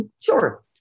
Sure